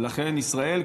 ולכן ישראל,